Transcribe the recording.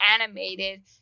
animated